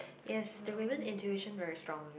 yes the women intuition very strong you know